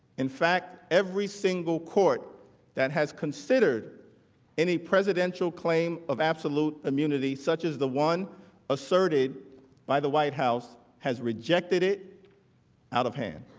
in fact every single court that has considered any presidential claim of absolute immunity such as the one asserted by the white house has rejected it out of hand.